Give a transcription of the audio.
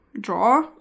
draw